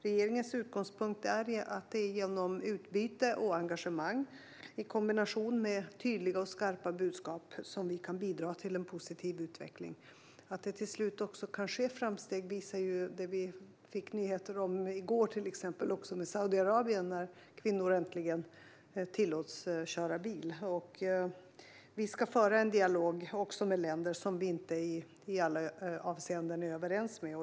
Regeringens utgångspunkt är att det är genom utbyte och engagemang i kombination med tydliga och skarpa budskap som vi kan bidra till en positiv utveckling. Att det till slut också kan ske framsteg visar till exempel nyheten vi hörde i förrgår om att kvinnor i Saudiarabien äntligen tillåts köra bil. Vi ska föra en dialog också med länder som vi inte i alla avseenden är överens med.